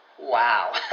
Wow